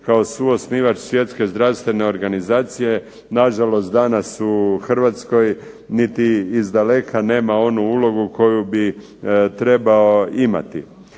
kao suosnivač svjetske zdravstvene organizacije na žalost danas u Hrvatskoj niti izdaleka nema onu ulogu koju bi trebao imati.